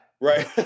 Right